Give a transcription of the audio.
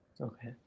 Okay